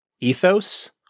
ethos